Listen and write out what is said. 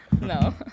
No